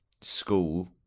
school